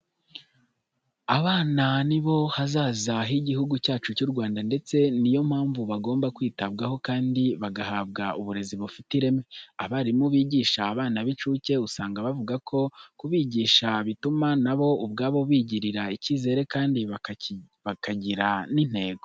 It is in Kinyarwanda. Abana ni bo hazaza h'Igihugu cyacu cy'u Rwanda ndetse ni yo mpamvu bagomba kwitabwaho kandi bagahabwa uburezi bufite ireme. Abarimu bigisha abana n'incuke usanga bavuga ko kubigisha bituma na bo ubwabo bigirira icyizere kandi bakagira n'intego.